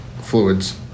fluids